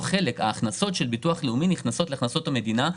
ההכנסות של ביטוח לאומי נכנסות להכנסות המדינה.